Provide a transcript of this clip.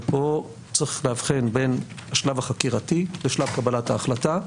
ופה צריך לאבחן בין השלב החקירתי לשלב קבלת ההחלטה,